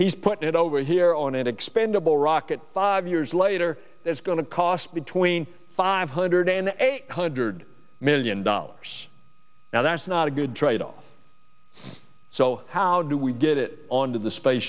he's put it over here on an expendable rocket five years later it's going to cost between five hundred and eight hundred million dollars now that's not a good tradeoff so how do we get it on to the space